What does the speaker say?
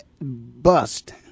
bust